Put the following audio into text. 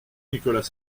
nicolas